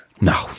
No